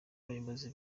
abayobozi